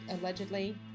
allegedly